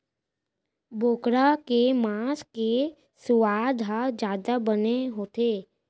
बोकरा के मांस के सुवाद ह जादा बने होथे